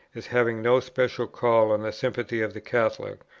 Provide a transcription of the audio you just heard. as having no special call on the sympathy of the catholic,